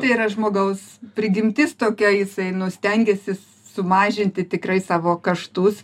tai yra žmogaus prigimtis tokia jisai stengiasi sumažinti tikrai savo kaštus